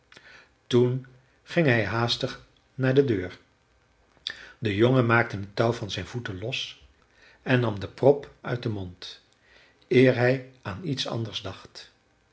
toen ging hij haastig naar de deur de jongen maakte het touw van zijn voeten los en nam de prop uit den mond eer hij aan iets anders dacht